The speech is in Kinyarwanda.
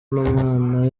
n’umwana